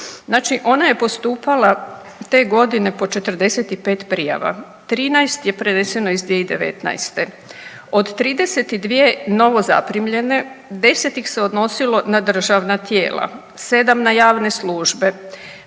Znači ona je postupala te godine po 45 prijava, 13 je preneseno iz 2019. Od 32 novozaprimljene 10 ih se odnosilo na državna tijela, sedam na javne službe,